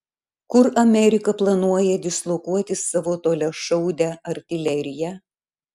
kur amerika planuoja dislokuoti savo toliašaudę artileriją